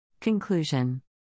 Conclusion